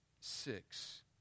Six